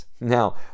Now